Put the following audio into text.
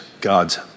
God's